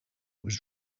was